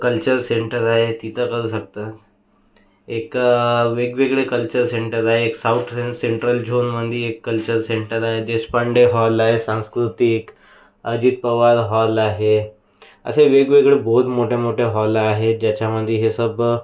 culture centre आहे तिथं करू शकता एका वेगवेगळे कल्चर सेंटर आहे एक साउथ सेंट्रल झोनमध्ये एक कल्चर सेंटर आहे देशपांडे हॉल आहे सांस्कृतिक अजित पवार हॉल आहे असे वेगवेगळे बहोत मोठे मोठे हॉल आहे ज्याच्यामध्ये हे सब